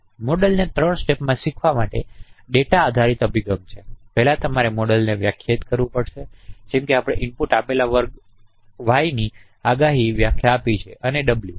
મોડેલને ત્રણ સ્ટેપમાં શીખવા માટે ડેટા આધારિત અભિગમ છે પહેલા તમારે મોડેલને વ્યાખ્યાયિત કરવું પડશે જેમ કે આપણે ઇનપુટ આપેલ વર્ગ yની આગાહીની વ્યાખ્યા આપી છે અને w